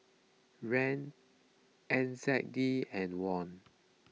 Riel N Z D and Won